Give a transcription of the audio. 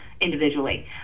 individually